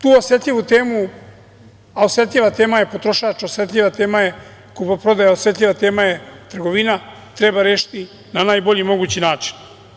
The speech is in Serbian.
Tu osetljivu temu, a osetljiva tema je potrošač, osetljiva tema je kupoprodaja, osetljiva tema je trgovina, treba rešiti na najbolji mogući način.